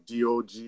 Dog